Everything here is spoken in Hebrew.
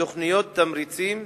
תוכניות תמריצים,